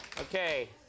okay